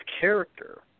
character